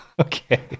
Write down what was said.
Okay